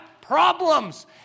problems